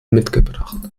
mitgebracht